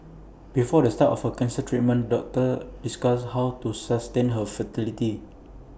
before the start of her cancer treatment doctors discussed how to sustain her fertility